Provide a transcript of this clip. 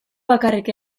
bakarrik